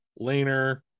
laner